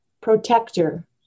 protector